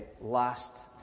last